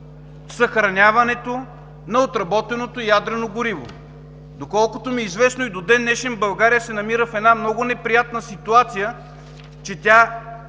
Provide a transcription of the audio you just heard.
съхраняването на отработеното ядрено гориво? Доколкото ми е известно и до ден-днешен България се намира в една много неприятна ситуация, че